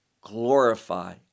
glorify